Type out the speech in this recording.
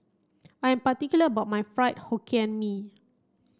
I am particular about my Fried Hokkien Mee